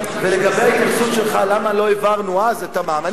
לגבי ההתייחסות שלך לשאלה למה לא העברנו אז את המע"מ,